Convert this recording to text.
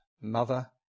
mother